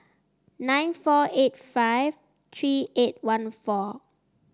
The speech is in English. nine four eight five three eight one four